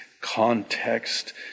context